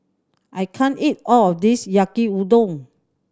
I can't eat all of this Yaki Udon